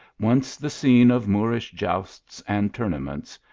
once the scene of moorish jousts and tournaments,